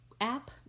app